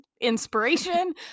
inspiration